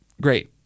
Great